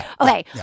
Okay